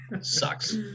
Sucks